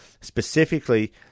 specifically